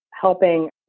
helping